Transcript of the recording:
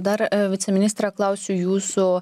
dar viceministre klausiu jūsų